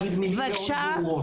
אני רוצה להגיד מילים מאוד ברורות.